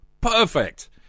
Perfect